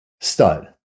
stud